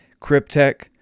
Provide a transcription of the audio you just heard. Cryptech